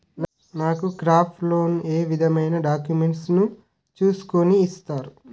నాకు crop loan ఏ విధమైన డాక్యుమెంట్స్ ను చూస్కుని ఇస్తారు?